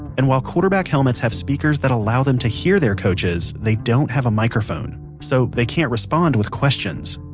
and while quarterback helmets have speakers that allow them to hear their coaches, they don't have a microphone, so they can't respond with questions.